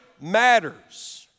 matters